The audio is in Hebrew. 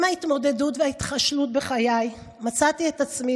עם ההתמודדות וההתחשלות בחיי מצאתי את עצמי